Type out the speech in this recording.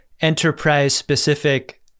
Enterprise-specific